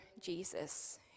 Jesus